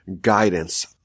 guidance